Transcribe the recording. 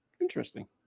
Interesting